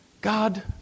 God